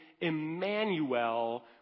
Emmanuel